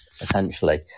essentially